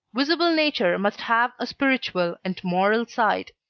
visible nature must have a spiritual and moral side.